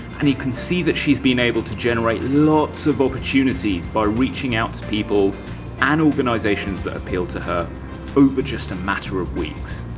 and you can see that she's been able to generate lots of opportunities by reaching out to people and organisations that appeal to her over just a matter of weeks.